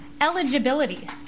eligibility